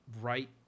right